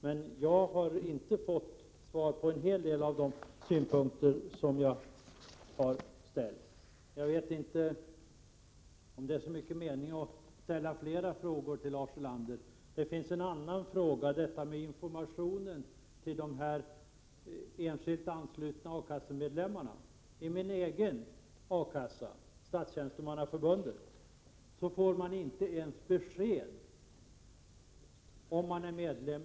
Däremot har inte jag fått svar på alla de frågor som jag har ställt. Jag vet inte om det är någon mening med att ställa ytterligare frågor till Lars Ulander. Jag skulle möjligen kunna ta upp detta med informationen till de enskilt anslutna A-kassemedlemmarna. I min egen A-kassa — Statstjänstemannaförbundets — får man inte ens besked om huruvida man är medlem.